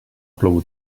plogut